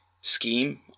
scheme